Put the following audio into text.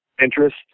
interest